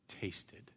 tasted